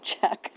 check